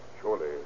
Surely